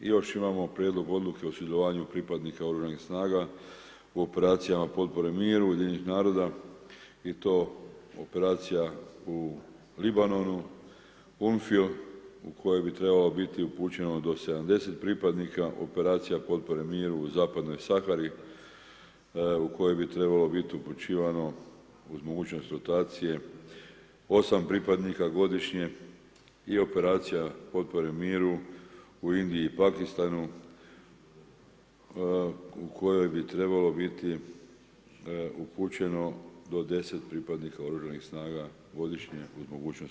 I još imamo prijedlog odluke o sudjelovanju pripadnika oružanih snaga u operacijama potpore miru UN-a i to operacija u Libanonu UNFIL, u kojoj bi trebalo biti upućeno do 70 pripadnika, operacija potpore miru u Zapadnoj Sahari u kojoj bi trebalo biti upućivano uz mogućnost rotacije 8 pripadnika godišnje i operacija potpore miru u Indiji i Pakistanu u kojoj bi trebalo biti upućeno do 10 pripadnika oružanih snaga godišnje uz mogućnost